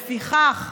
לפיכך,